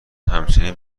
همچنین